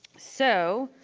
so,